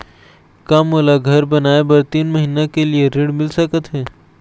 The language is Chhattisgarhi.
का मोला घर बनाए बर तीन महीना के लिए ऋण मिल सकत हे?